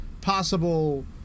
possible